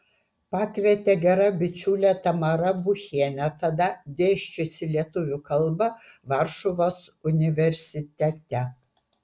pakvietė gera bičiulė tamara buchienė tada dėsčiusi lietuvių kalbą varšuvos universitete